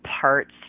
parts